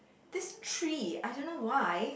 this tree I don't know why